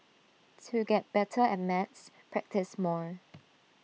to get better at maths practise more